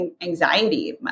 anxiety